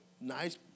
Nice